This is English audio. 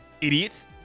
idiots